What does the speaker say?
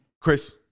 Chris